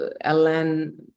Ellen